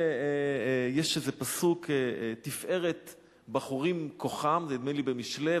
יש איזה פסוק: "תפארת בחורים כֹחם" זה נדמה לי במשלי,